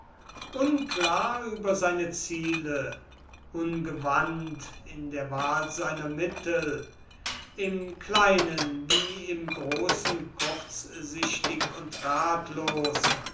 unklar über seine ziele ungewandt in der wahl seiner mittel im kleinen wie im großen kurzsichtig und ratlos